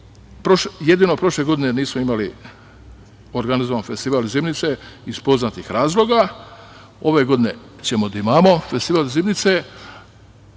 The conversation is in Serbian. jedino prošle godine nismo imali organizovan Festival zimnice iz poznatih razloga. Ove godine ćemo imati Festival zimnice,